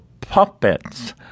puppets